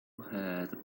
had